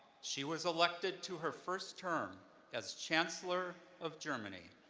she was elected to her first term as chancellor of germany.